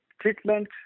treatment